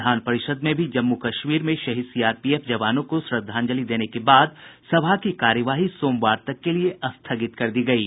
विधान परिषद में भी जम्मू कश्मीर में शहीद सीआरपीएफ जवानों को श्रद्धांजलि देने के बाद सभा की कार्यवाही सोमवार तक के लिए स्थगित कर दी गयी